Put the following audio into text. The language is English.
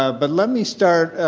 ah but let me start.